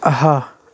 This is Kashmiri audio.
آہا